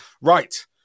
Right